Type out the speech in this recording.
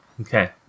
Okay